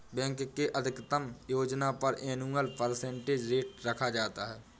bank के अधिकतम योजना पर एनुअल परसेंटेज रेट रखा जाता है